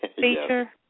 feature